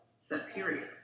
superior